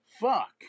Fuck